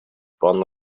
bonn